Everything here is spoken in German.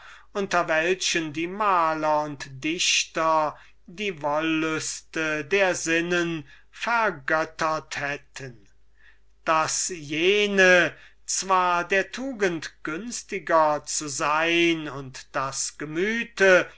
unter welchen die maler und dichter die wollüste der sinnen vergöttert hatten daß die ersten zwar der tugend günstiger und das gemüte